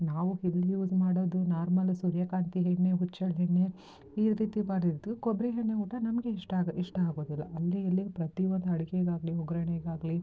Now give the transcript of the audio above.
ನಾವು ಇಲ್ಲಿ ಯೂಸ್ ಮಾಡೋದು ನಾರ್ಮಲ್ ಸೂರ್ಯಕಾಂತಿ ಎಣ್ಣೆ ಹುಚ್ಚೆಳ್ಳು ಎಣ್ಣೆ ಈ ರೀತಿ ಮಾಡಿರೋದು ಕೊಬ್ಬರಿ ಎಣ್ಣೆ ಊಟ ನಮಗೆ ಇಷ್ಟ ಆಗಿ ಇಷ್ಟ ಆಗೋದಿಲ್ಲ ಅಲ್ಲಿ ಇಲ್ಲಿ ಪ್ರತಿಯೊಂದು ಅಡುಗೆಗಾಗ್ಲಿ ಒಗ್ಗರಣೆಗಾಗ್ಲಿ